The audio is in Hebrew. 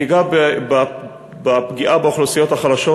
אני אגע בפגיעה באוכלוסיות החלשות: